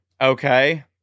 Okay